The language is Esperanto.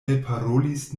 elparolis